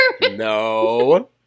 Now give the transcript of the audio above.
No